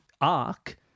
arc